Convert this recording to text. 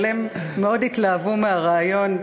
אבל הם מאוד התלהבו מהרעיון,